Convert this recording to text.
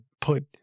put